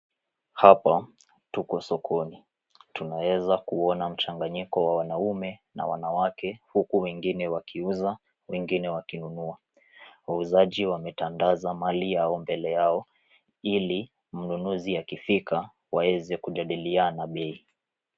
Hapa tuko sokoni tunaweza kuona mchanganyiko wa wanaume na wanawake huku wengine wakiuza wengine wakinununa wauzaji wametandaza mali yao mbele yao ili mnunuzi akifika waeze kujadiliana bei